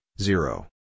Zero